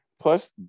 Plus